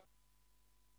אני